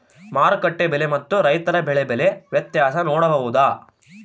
ಮಾರುಕಟ್ಟೆ ಬೆಲೆ ಮತ್ತು ರೈತರ ಬೆಳೆ ಬೆಲೆ ವ್ಯತ್ಯಾಸ ನೋಡಬಹುದಾ?